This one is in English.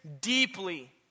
deeply